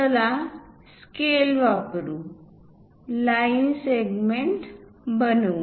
चला स्केल वापरू line segment बनवू